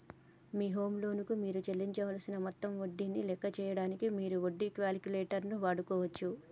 మీ home loan కు మీరు చెల్లించవలసిన మొత్తం వడ్డీని లెక్క చేయడానికి మీరు వడ్డీ క్యాలిక్యులేటర్ వాడుకోవచ్చు